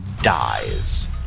dies